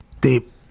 Deep